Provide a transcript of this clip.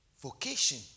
vocation